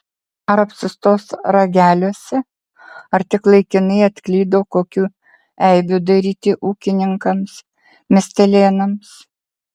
ar apsistos rageliuose ar tik laikinai atklydo kokių eibių daryti ūkininkams miestelėnams